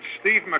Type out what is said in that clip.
Steve